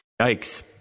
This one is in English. yikes